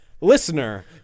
listener